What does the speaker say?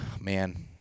man